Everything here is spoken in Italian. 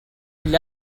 gli